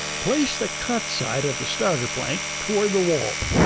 place the cut side of the starter plank toward the wall,